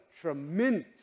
tremendous